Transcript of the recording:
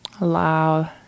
Allow